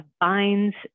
binds